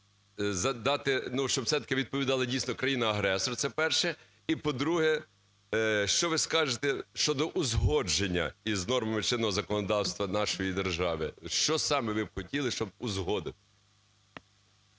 задати… щоб все-таки відповідав, дійсно, країна-агресор. Це перше. І, по-друге, що ви скажете щодо узгодження із нормами чинного законодавства нашої держави, що саме ви хотіли, щоб узгодили?